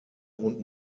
und